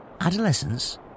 Adolescence